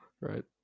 right